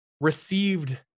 received